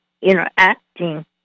interacting